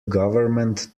government